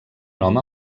nom